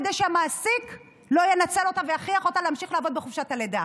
כדי שהמעסיק לא ינצל אותה ויכריח אותה להמשיך לעבוד בחופשת הלידה.